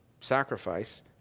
sacrifice